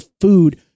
food